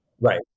Right